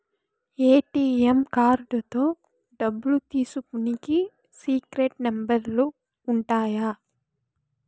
ATM కార్డుతో డబ్బులు తీసుకునికి సీక్రెట్ నెంబర్లు ఉంటాయి